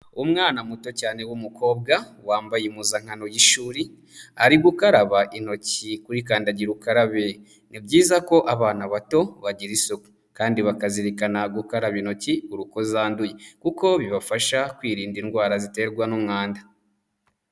Umwana muto cyane w'umukobwa wambaye impuzankano y'ishuri, ari gukaraba intoki kuri kandagira ukarabe, ni byiza ko abana bato bagira isuku kandi bakazirikana gukaraba intoki buri uko zanduye, kuko bibafasha kwirinda indwara ziterwa n'umwanda.